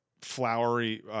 flowery